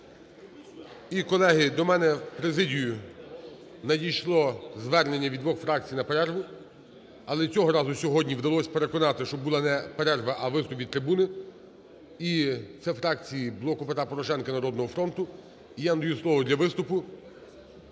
І, колеги, до мене в президію надійшло звернення від двох фракцій на перерву. Але цього разу, сьогодні, вдалось переконати, щоб була не перерва, а виступ від трибуни. І це фракції "Блоку Петра Порошенка" і "Народного фронту". Я надаю слово для виступу